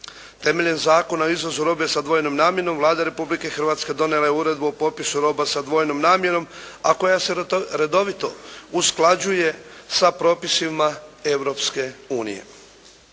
Temeljem Zakona o izvozu robe sa dvojnom namjenom Vlada Republike Hrvatske donijela je uredbu o popisu roba sa dvojnom namjenom, a koja se redovito usklađuje sa propisima Europske unije.